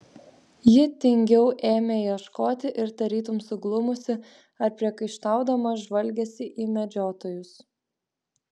ji tingiau ėmė ieškoti ir tarytum suglumusi ar priekaištaudama žvalgėsi į medžiotojus